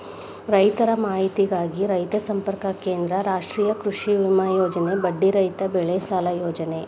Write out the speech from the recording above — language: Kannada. ರೈತರ ಮಾಹಿತಿಗಾಗಿ ರೈತ ಸಂಪರ್ಕ ಕೇಂದ್ರ, ರಾಷ್ಟ್ರೇಯ ಕೃಷಿವಿಮೆ ಯೋಜನೆ, ಬಡ್ಡಿ ರಹಿತ ಬೆಳೆಸಾಲ ಯೋಜನೆ